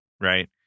right